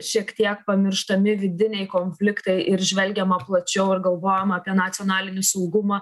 šiek tiek pamirštami vidiniai konfliktai ir žvelgiama plačiau ir galvojame apie nacionalinį saugumą